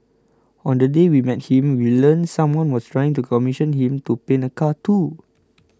on the day we met him we learnt someone was trying to commission him to paint a car too